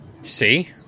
See